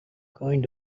going